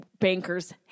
banker's